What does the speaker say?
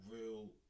real